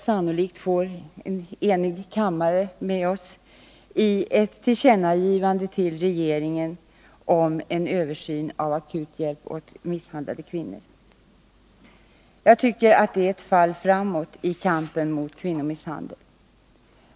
Sannolikt får vi också en enig kammare med oss i ett tillkännagivande till regeringen om en översyn av behovet av akut hjälp åt misshandlade kvinnor. Jag tycker att det är ett fall framåt i kampen mot kvinnomisshandeln.